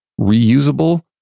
reusable